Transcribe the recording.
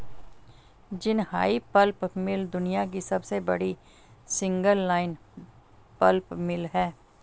Jinhai pulp mill दुनिया की सबसे बड़ी सिंगल लाइन पल्प मिल है